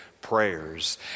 prayers